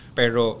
pero